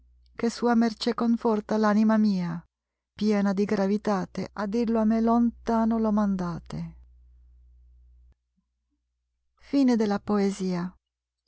che sua mercè conforta l anima mia piena di gravitate a dirlo a me lontano lo mandate